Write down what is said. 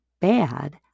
bad